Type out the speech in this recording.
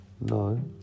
No